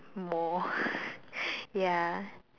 more ya